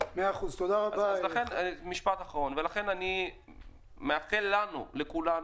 ולכן אני מאחל לנו, לכולנו,